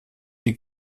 die